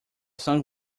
song